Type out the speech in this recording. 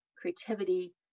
creativity